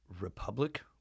republic